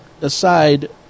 aside